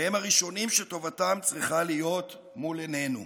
והם הראשונים שטובתם צריכה להיות מול עינינו,